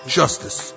justice